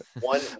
One